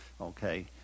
Okay